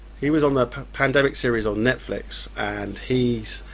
he was on the pandemic series on netflix and he's,